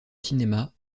cinéma